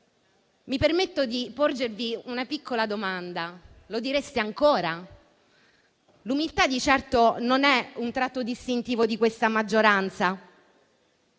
Mi permetto di porgervi una piccola domanda: lo direste ancora? L'umiltà di certo non è un tratto distintivo di questa maggioranza,